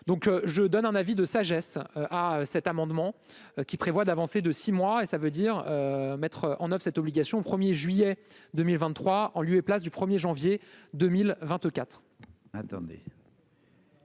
donc je donne un avis de sagesse à cet amendement qui prévoit d'avancer de 6 mois et ça veut dire mettre en oeuvre cette obligation 1er juillet 2023 en lieu et place du 1er janvier 2024.